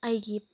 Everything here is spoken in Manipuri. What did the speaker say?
ꯑꯩꯒꯤ